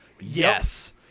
Yes